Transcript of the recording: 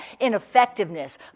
ineffectiveness